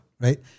right